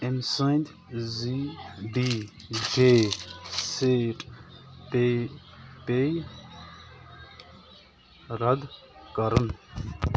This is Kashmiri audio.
أمۍ سٕنٛدۍ زی ڈی جے سیٹ پے پے رَد کَرُن